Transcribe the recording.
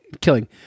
killing